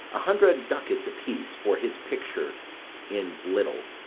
a hundred ducats a-piece for his picture in little.